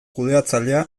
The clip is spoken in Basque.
kudeatzailea